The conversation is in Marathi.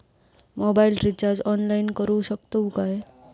मोबाईल रिचार्ज ऑनलाइन करुक शकतू काय?